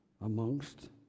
amongst